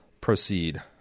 Proceed